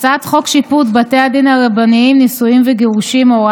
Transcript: הצעת חוק שיפוט בתי דין רבניים (נישואין וגירושין) (תיקון